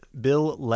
Bill